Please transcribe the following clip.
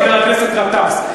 חבר הכנסת גטאס.